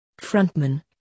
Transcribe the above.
frontman